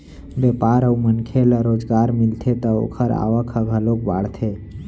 बेपार अउ मनखे ल रोजगार मिलथे त ओखर आवक ह घलोक बाड़थे